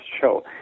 show